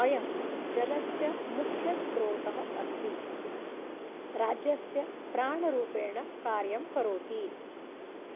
अयं जलस्य मुख्यस्त्रोतः अस्ति राज्यस्य प्राणरूपेण कार्यं करोति